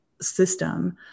system